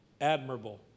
admirable